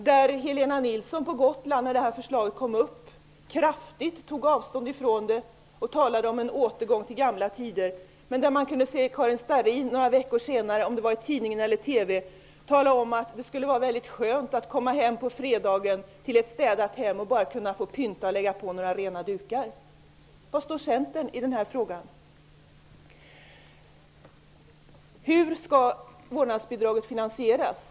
När det förslaget framfördes tog Helena Nilsson på Gotland kraftigt avstånd från det och talade om en återgång till gamla tider. Karin Starrin däremot talade några veckor senare -- jag minns inte om det var i tidningen eller i TV -- om att det skulle vara väldigt skönt att på fredagen komma hem till ett städat hem och bara behöva pynta och lägga på några rena dukar. Var står Centern i den här frågan? Hur skall vårdnadsbidraget finansieras?